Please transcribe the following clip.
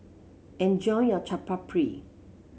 enjoy your Chaat Papri